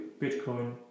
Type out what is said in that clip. Bitcoin